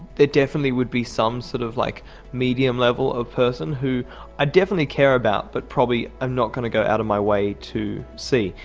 they definitely would be some sort of like medium level of person who i definitely care about but probably um not going to go out of my way to see.